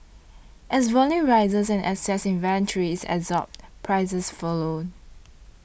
as volume rises and excess inventory is absorbed prices follow